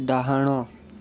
ଡାହାଣ